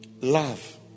Love